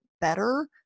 better